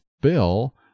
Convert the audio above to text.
Bill